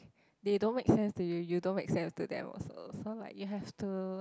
they don't make sense to you you don't make sense to them also so like you have to